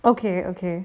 okay okay